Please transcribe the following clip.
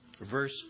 Verse